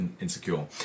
insecure